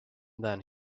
then